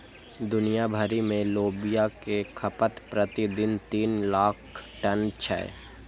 दुनिया भरि मे लोबिया के खपत प्रति दिन तीन लाख टन छै